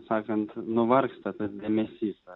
sakant nuvargsta tas dėmesys